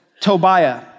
Tobiah